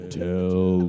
tell